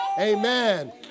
Amen